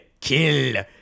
kill